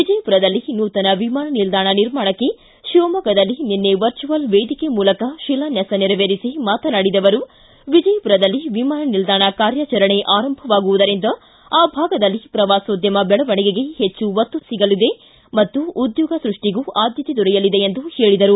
ವಿಜಯಪುರದಲ್ಲಿ ನೂತನ ವಿಮಾನ ನಿಲ್ವಾಣ ನಿರ್ಮಾಣಕ್ಕೆ ಶಿವಮೊಗ್ಗದಲ್ಲಿ ನಿನ್ನೆ ವರ್ಚುವಲ್ ವೇದಿಕೆ ಮೂಲಕ ಶಿಲಾನ್ಯಾಸ ನೆರವೇರಿಸಿ ಮಾತನಾಡಿದ ಅವರು ವಿಜಯಪುರದಲ್ಲಿ ವಿಮಾನ ನಿಲ್ದಾಣ ಕಾರ್ಯಾಚರಣೆ ಆರಂಭವಾಗುವುದರಿಂದ ಆ ಭಾಗದಲ್ಲಿ ಪ್ರವಾಸೋದ್ಯಮ ಬೆಳವಣಿಗೆಗೆ ಹೆಚ್ಚು ಒತ್ತು ಸಿಗಲಿದೆ ಮತ್ತು ಉದ್ಯೋಗ ಸೃಷ್ಟಿಗೂ ಆದ್ಯತೆ ದೊರೆಯಲಿದೆ ಎಂದು ಹೇಳಿದರು